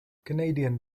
canadian